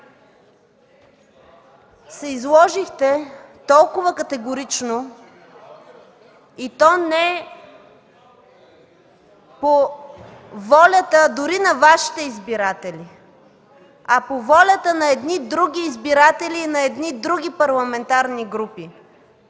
се изложихте толкова категорично, и то не по волята дори на Вашите избиратели, а по волята на едни други избиратели на едни други парламентарни групи?!